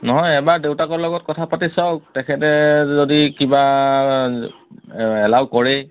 নহয় এবাৰ দেউতাকৰ লগত কথা পাতি চাওঁক তেখেতে যদি কিবা এলাও কৰেই